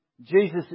Jesus